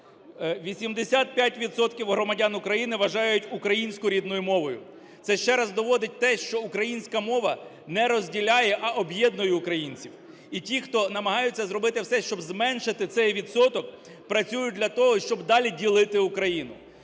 громадян України вважають українську рідною мовою. Це ще раз доводить те, що українська мова не розділяє, а об'єднує українців. І ті, хто намагаються зробити все, щоб зменшити цей відсоток, працюють для того, щоб далі ділити Україну.